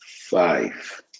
Five